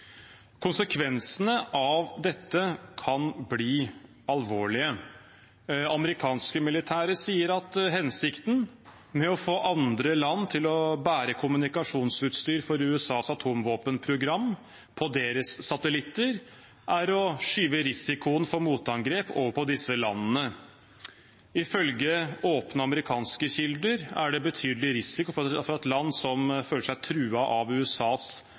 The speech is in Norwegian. Konsekvensene av dette kan bli alvorlige. Amerikanske militære sier at hensikten med å få andre land til å bære kommunikasjonsutstyr for USAs atomvåpenprogram på deres satellitter er å skyve risikoen for motangrep over på disse landene. Ifølge åpne amerikanske kilder er det betydelig risiko for at land som føler seg truet av USAs